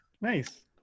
Nice